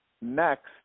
Next